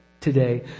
today